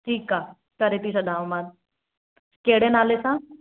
ठीकु आहे करे थी छॾियो मान कहिड़े नाले सां